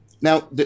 Now